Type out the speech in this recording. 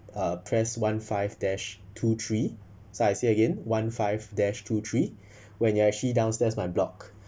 uh press one five dash two three so I say again one five dash two three when you actually downstairs my block